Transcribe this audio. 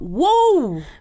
whoa